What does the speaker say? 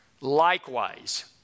Likewise